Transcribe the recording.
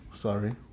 Sorry